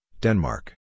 Denmark